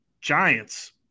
Giants